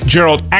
Gerald